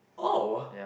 oh